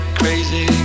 crazy